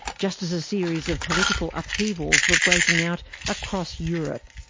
just as a series of political upheavals were breaking out across europe.